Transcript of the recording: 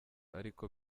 ariko